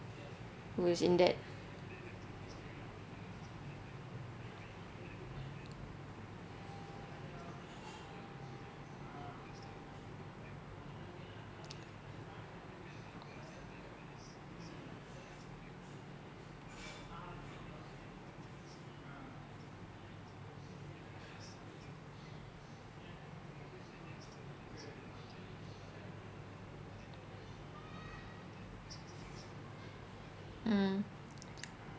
who is in debt mm